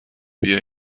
بیا